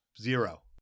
Zero